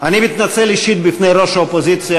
אני מתנצל אישית בפני ראש האופוזיציה,